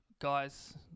guys